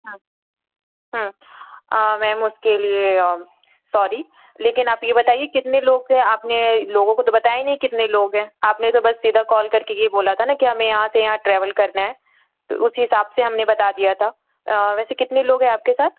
ma'am उसके लिए sorry लेकिन आप ये बताइए कितने लोग थे आपने लोगों को तो बताया ही नहीं कितने लोग हैं आपने तो बस सीधा कॉल करके ये बोला था ना कि हमें यहाँ से यहाँ ट्रैवल करना है तो उस हिसाब से हमने बता दिया था वैसे कितने लोग हैं आपके साथ